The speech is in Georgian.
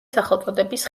სახელწოდების